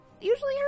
usually